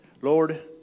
Lord